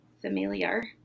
familiar